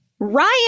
ryan